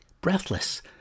Breathless